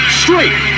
straight